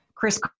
Chris